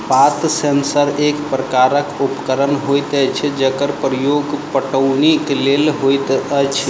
पात सेंसर एक प्रकारक उपकरण होइत अछि जकर प्रयोग पटौनीक लेल होइत अछि